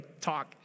talk